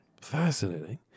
Fascinating